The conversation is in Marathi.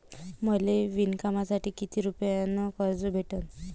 मले विणकामासाठी किती रुपयानं कर्ज भेटन?